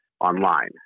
online